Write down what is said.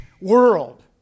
world